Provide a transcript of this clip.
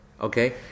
Okay